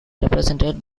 represented